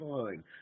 fine